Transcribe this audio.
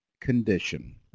condition